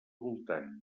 voltant